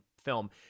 film